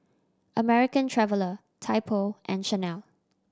American Traveller Typo and Chanel